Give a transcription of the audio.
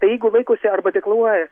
tai jeigu laikosi arba deklaruoja